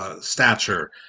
Stature